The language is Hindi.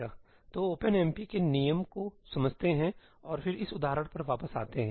तो ओपनएमपी के नियम को समझते हैं और फिर इस उदाहरण पर वापस आते हैं